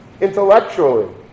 intellectually